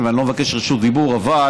מי בעד?